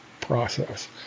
process